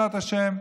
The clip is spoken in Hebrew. בעזרת השם,